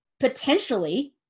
potentially